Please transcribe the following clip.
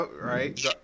Right